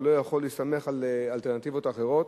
הוא לא יכול להסתמך על אלטרנטיבות אחרות.